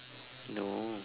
no